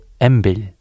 Embil